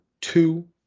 two